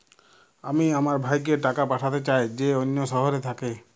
আমি আমার ভাইকে টাকা পাঠাতে চাই যে অন্য শহরে থাকে